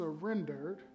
surrendered